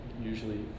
usually